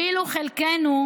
ואילו בחלקנו,